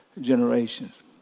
generations